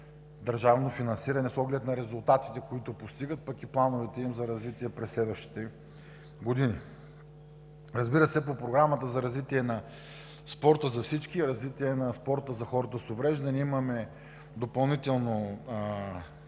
държавно финансиране с оглед на резултатите, които постигат, пък и плановете им за развитие през следващите години. Разбира се, по Програмата за развитие на спорта за всички и Развитие на спорта за хората с увреждания имаме допълнително